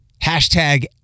Hashtag